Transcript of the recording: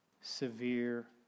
severe